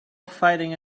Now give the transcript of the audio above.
fighting